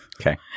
Okay